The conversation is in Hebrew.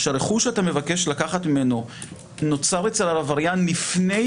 שהרכוש שאתה מבקש לקחת ממנו נוצר אצל העבריין לפני